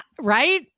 Right